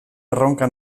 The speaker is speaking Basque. erronka